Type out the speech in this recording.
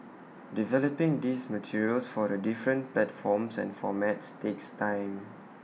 developing these materials for the different platforms and formats takes time